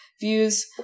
views